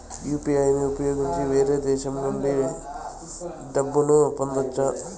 UPI ని ఉపయోగించి వేరే దేశంకు డబ్బును పంపొచ్చా?